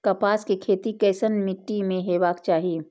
कपास के खेती केसन मीट्टी में हेबाक चाही?